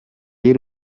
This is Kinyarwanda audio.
y’u